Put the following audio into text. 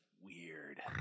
weird